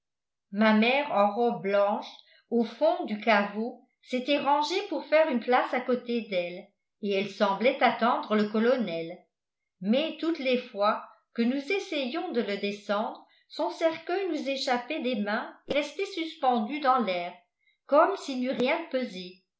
ma mère en robe blanche au fond du caveau s'était rangée pour faire une place à côté d'elle et elle semblait attendre le colonel mais toutes les fois que nous essayions de le descendre son cercueil nous échappait des mains et restait suspendu dans l'air comme s'il n'eût rien pesé